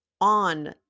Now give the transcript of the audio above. on